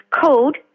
code